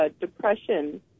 depression